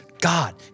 God